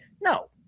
no